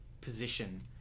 position